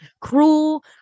cruel